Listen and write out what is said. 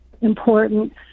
important